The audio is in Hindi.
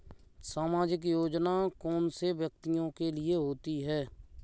सामाजिक योजना कौन से व्यक्तियों के लिए होती है?